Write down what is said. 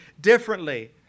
differently